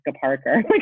Parker